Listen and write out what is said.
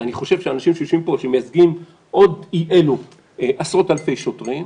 אני חושב שאנשים שיושבים פה שמייצגים עוד אי אלו עשרות אלפי שוטרים,